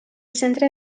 centre